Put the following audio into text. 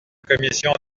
commission